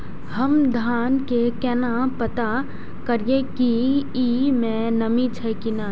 हम धान के केना पता करिए की ई में नमी छे की ने?